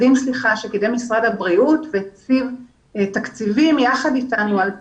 שקידם משרד הבריאות והקצה יחד איתנו תקציבים